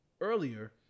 Earlier